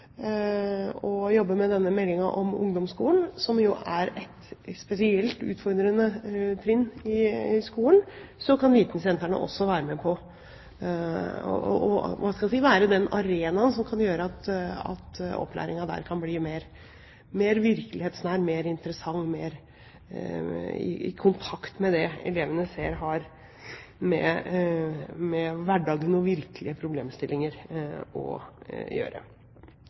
med meldingen om ungdomsskolen, som er et spesielt ufordrende trinn i skolen, kan vitensentrene være med på – hva skal jeg si – å være den arenaen som kan gjøre at opplæringen der kan bli mer virkelighetsnær, mer interessant, og i kontakt med det elevene ser har med hverdagen og virkelige problemstillinger å gjøre.